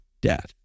death